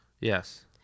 Yes